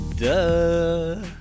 Duh